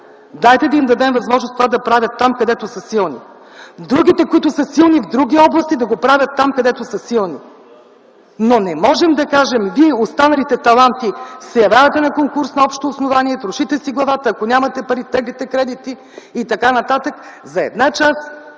дайте да им дадем възможност да правят това там, където са силни. Другите, които са силни в други области, да го правят там, където са силни. Но не можем да кажем: вие, останалите таланти, се явявате на конкурс на общо основание, трошите си главата, ако нямате пари – теглите кредити, и т.н. за една част,